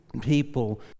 people